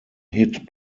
hit